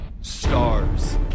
Stars